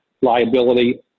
liability